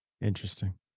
Interesting